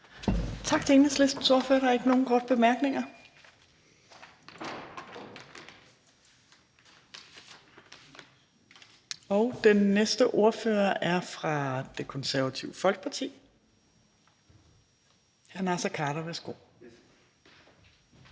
Tak til Enhedslistens ordfører. Der er ikke nogen korte bemærkninger. Den næste ordfører er fra Det Konservative Folkeparti. Hr. Naser Khader, værsgo.